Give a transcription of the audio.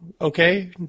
Okay